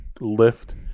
lift